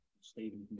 Stephen